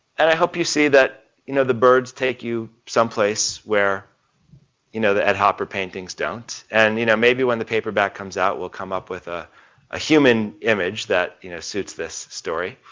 and i hope you see that, you know the birds take you some place where you know the ed hopper paintings don't. and you know maybe when the paperback comes out we'll come up with a ah human image that, you know, suits this story.